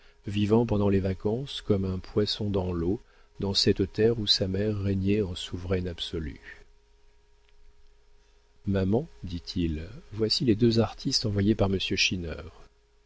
vivant pendant les vacances comme un poisson dans l'eau dans cette terre où sa mère régnait en souveraine absolue maman dit-il voici les deux artistes envoyés par